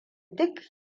duk